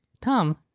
Tom